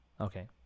Okay